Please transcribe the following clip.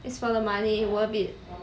it's for the money worth it